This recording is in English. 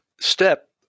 step